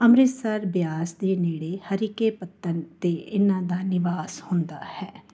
ਅੰਮ੍ਰਿਤਸਰ ਬਿਆਸ ਦੇ ਨੇੜੇ ਹਰੀਕੇ ਪੱਤਣ 'ਤੇ ਇਨ੍ਹਾਂ ਦਾ ਨਿਵਾਸ ਹੁੰਦਾ ਹੈ